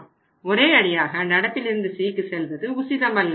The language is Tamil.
ஆனால் ஒரேயடியாக நடப்பிலிருந்து Cக்கு செல்வது உசிதமல்ல